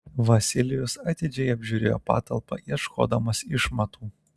vasilijus atidžiai apžiūrėjo patalpą ieškodamas išmatų